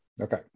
okay